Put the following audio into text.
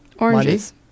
oranges